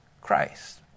Christ